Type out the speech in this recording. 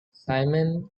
simon